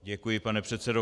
Děkuji, pane předsedo.